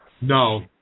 No